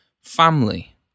family